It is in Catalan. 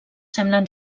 semblen